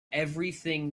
everything